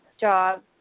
job